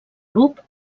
grup